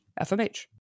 FMH